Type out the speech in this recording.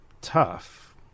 tough